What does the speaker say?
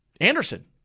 Anderson